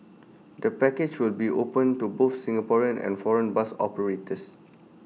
the package will be open to both Singapore and foreign bus operators